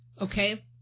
Okay